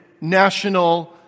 national